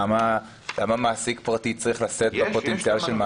למה מעסיק פרטי צריך לשאת פחות משנה של מאסר?